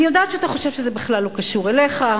אני יודעת שאתה חושב שזה בכלל לא קשור אליך,